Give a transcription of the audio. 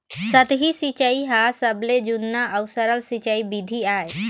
सतही सिंचई ह सबले जुन्ना अउ सरल सिंचई बिधि आय